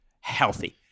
healthy